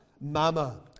Mama